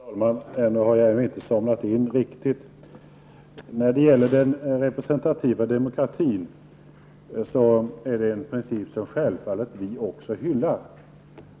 Herr talman! Ännu har jag inte somnat in riktigt. Den representativa demokratin är en princip som självfallet också vi hyllar.